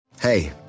Hey